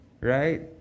Right